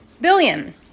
billion